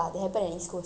then